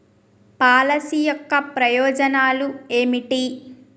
Policy యొక్క ప్రయోజనాలు ఏమిటి?